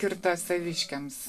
skirta saviškiams